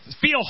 feel